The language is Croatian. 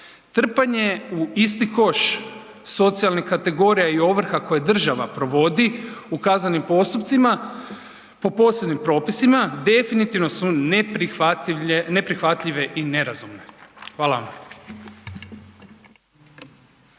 Trpanje u isti koš socijalnih kategorija i ovrha koje država provodi u kaznenim postupcima po posebnim propisima, definitivno su neprihvatljive i nerazumne. Hvala vam.